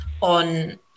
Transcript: on